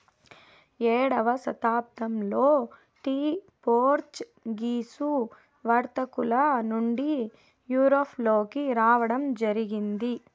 ఏడవ శతాబ్దంలో tea Portuguese వర్తకుల నుండి యూరప్ లోకి రావడం జరిగింది